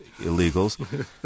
illegals